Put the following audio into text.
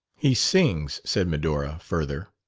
he sings, said medora, further.